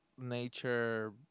nature